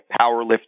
powerlifting